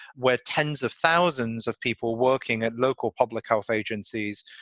where tens of thousands of people working at local public health agencies,